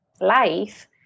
life